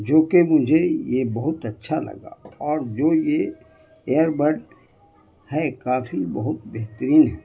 جو کہ مجھے یہ بہت اچھا لگا اور جو یہ ایئر بڈ ہے کافی بہت بہترین ہے